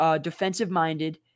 defensive-minded